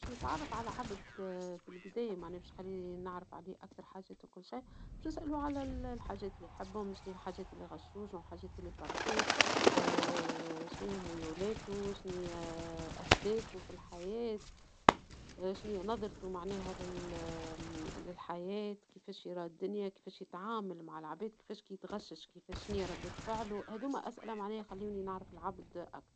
باش نتعرف على عبد اه بالكدا معناه باش تخليني نعرف عليه أكثر حاجات وكل شيء، بيش نسألوا على ال-الحاجات لي يحبهم مشي الحاجات لي يغشوه والحاجات اللي يفرحوه، شني هي ميولاتوا؟ شني هى أهدافوا في الحياة؟ غلاش هى نظرتو معناها لل-للحياة كيفاش يرى الدنيا كيفاش يتعامل مع العباد كيفاش كيتغشش كيفاش شني ردة فعلو هاذوما أسئلة معناه خليوني نعرف العبد أكثر.